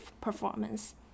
performance